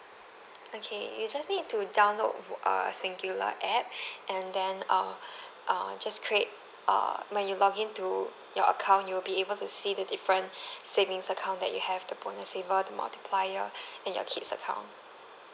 okay you just need to download a singular app and then uh err just create uh when you login to your account you'll be able to see the different savings account that you have the bonus saver the multiplier and your kids account